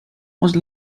was